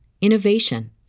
innovation